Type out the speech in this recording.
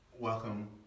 Welcome